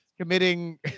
committing